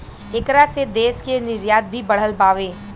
ऐकरा से देश के निर्यात भी बढ़ल बावे